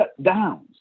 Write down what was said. Shutdowns